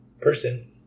person